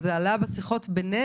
זה גם עלה בשיחות בינינו